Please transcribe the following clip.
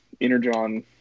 Energon